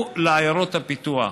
הוא לעיירות הפיתוח.